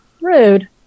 Rude